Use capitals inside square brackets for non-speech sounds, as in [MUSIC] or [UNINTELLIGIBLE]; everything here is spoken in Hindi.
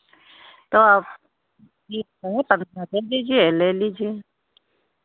तो आप [UNINTELLIGIBLE] ले लीजिए